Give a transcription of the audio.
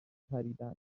پریدن